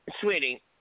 sweetie